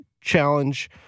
challenge